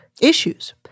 issues